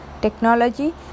technology